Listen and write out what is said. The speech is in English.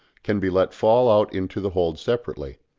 can be let fall out into the hold separately.